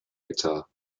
guitar